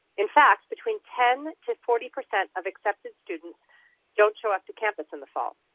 in fact, between ten to forty percent of accepted students don't show up to campus in the fall.